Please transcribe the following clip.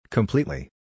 Completely